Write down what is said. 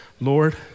Lord